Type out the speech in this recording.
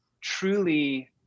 truly